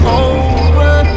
over